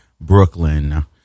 Brooklyn